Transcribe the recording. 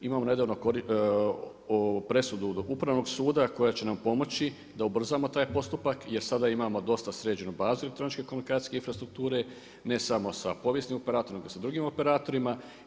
Imamo nedavno presudu Upravnog suda koja će nam pomoći da ubrzamo taj postupak, jer sada imamo dosta sređenu bazu elektroničke komunikacijske infrastrukture ne samo sa povijesnim operatorom, nego i drugim operatorima.